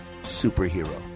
superhero